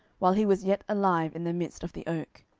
while he was yet alive in the midst of the oak.